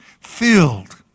filled